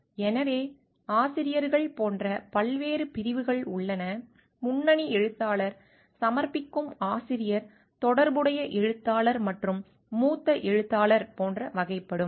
எனவே ஆசிரியர்கள் போன்ற பல்வேறு பிரிவுகள் உள்ளன முன்னணி எழுத்தாளர் சமர்ப்பிக்கும் ஆசிரியர் தொடர்புடைய எழுத்தாளர் மற்றும் மூத்த எழுத்தாளர் போன்ற வகைப்படும்